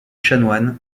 chanoine